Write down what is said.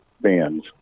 bands